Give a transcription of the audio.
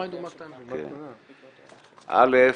אל"ף,